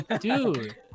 Dude